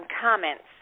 comments